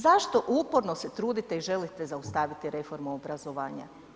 Zašto uporno se trudite i želite zaustaviti reformu obrazovanja?